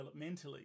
developmentally